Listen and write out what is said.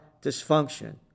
dysfunction